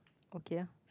okay lah